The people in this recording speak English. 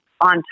on